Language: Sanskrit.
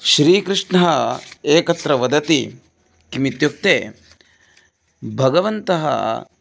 श्रीकृष्णः एकत्र वदति किमित्युक्ते भगवन्तः